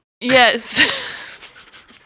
Yes